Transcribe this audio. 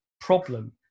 problem